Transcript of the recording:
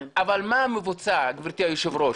אבל מה מבוצע, גברתי היושבת-ראש?